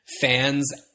fans